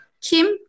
Kim